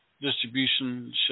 distribution